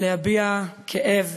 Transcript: להביע כאב